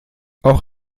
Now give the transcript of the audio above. auch